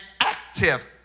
active